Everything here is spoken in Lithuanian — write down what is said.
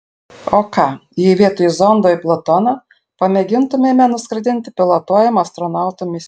o ką jei vietoj zondo į plutoną pamėgintumėme nuskraidinti pilotuojamą astronautų misiją